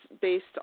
based